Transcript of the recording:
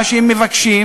מה שהם מבקשים: